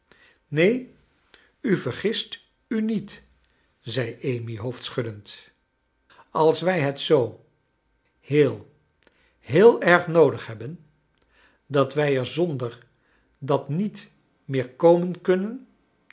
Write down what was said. neen u vergist u niet zei amy hoofdschuddend als wij het zoo heel heel erg noodig hebben dat wij er zonder dat niet meer komen kunnen